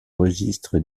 registre